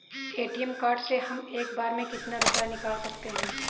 ATM card से हम एक बार में कितना रुपया निकाल सकते हैं?